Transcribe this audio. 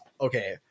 okay